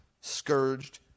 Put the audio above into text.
scourged